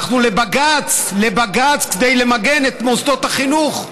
הלכנו לבג"ץ כדי למגן את מוסדות החינוך.